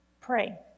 Pray